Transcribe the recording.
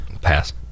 pass